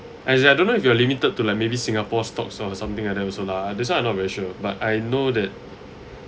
as in I don't know if you are limited to like maybe singapore stocks or something like that also ah that's why I not very sure but I know that